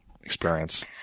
experience